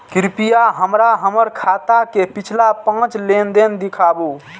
कृपया हमरा हमर खाता के पिछला पांच लेन देन दिखाबू